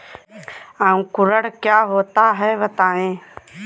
अंकुरण क्या होता है बताएँ?